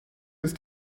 ist